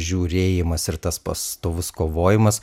žiūrėjimas ir tas pastovus kovojimas